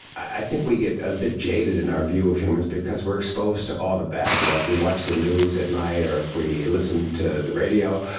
i think we get a bit jaded in our view of humans because we are exposed to all the bad. you know, if we watch the news at night or if we listen to the radio,